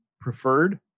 preferred